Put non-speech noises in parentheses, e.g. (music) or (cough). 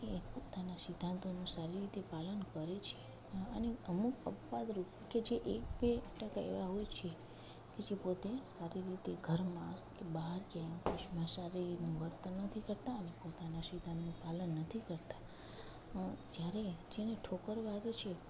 એ પોતાના સિદ્ધાંતોનું સારી રીતે પાલન કરે છે અને અમુક અપવાદ રૂપ કે જે એક બે ટકા એવાં હોય છે કે જે પોતે સારી રીતે ઘરમાં કે બહાર કે (unintelligible) સારી રીતનું વર્તન નથી કરતાં અને પોતાને સિદ્ધાંતનું પાલન નથી કરતાં જ્યારે જેને ઠોકર વાગે છે